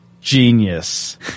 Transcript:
Genius